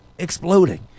Exploding